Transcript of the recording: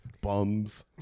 Bums